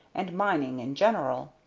and mining in general.